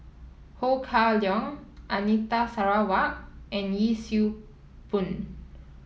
Ho Kah Leong Anita Sarawak and Yee Siew Pun